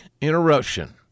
interruption